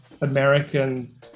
American